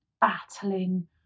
battling